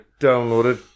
downloaded